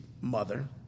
mother